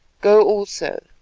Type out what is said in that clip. go also